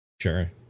Sure